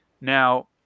Now